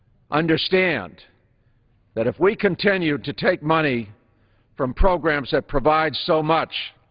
understand that if we continue to take money from programs that provide so much